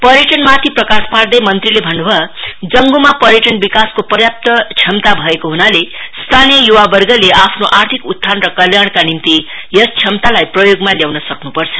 पर्यटन माथि प्रकाश पार्दै मन्त्रीले भन्न् भयो जंग्मा पर्यटन विकासको पर्याप्त क्षमता भएको हनाले स्थानीय य्वावर्गले आफ्नो आर्थिक उत्थान र कल्याणका निम्ति यस क्षमतालाई प्रयोगमा ल्याउन सक्नुपर्छ